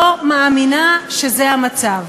לא מאמינה שזה המצב.